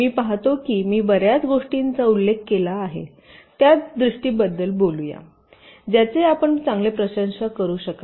मी पाहतो की मी बर्याच गोष्टींचा उल्लेख केला आहे त्यादृष्टीबद्दल बोलूया ज्याचे आपण चांगले प्रशंसा करू शकाल